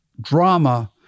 drama